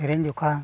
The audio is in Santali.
ᱥᱮᱨᱮᱧ ᱡᱚᱠᱷᱟ